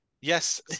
Yes